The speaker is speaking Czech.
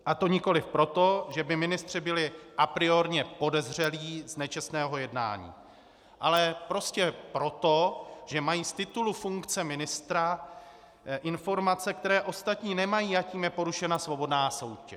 A to nikoliv proto, že by ministři byli apriorně podezřelí z nečestného jednání, ale prostě proto, že mají z titulu funkce ministra informace, které ostatní nemají, a tím je porušena svobodná soutěž.